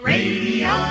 Radio